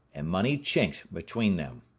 and money chinked between them.